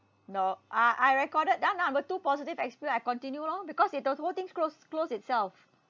no I I recorded down ah number two positive experience I continue lor because it was the whole thing is closed closed itself